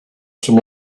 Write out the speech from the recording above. some